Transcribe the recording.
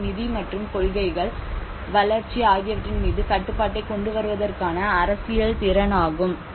அவை நிதி மற்றும் கொள்கைகள் வளர்ச்சி ஆகியவற்றின் மீது கட்டுப்பாட்டைக் கொண்டுவருவதற்கான அரசியல் திறன் ஆகும்